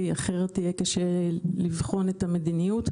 כי אחרת יהיה קשה לבחון את המדיניות,